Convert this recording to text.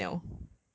but still